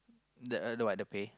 the the what the pay